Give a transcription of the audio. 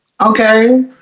Okay